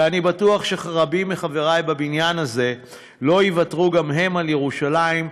ואני בטוח שרבים מחברי בבניין הזה לא יוותרו גם הם על ירושלים,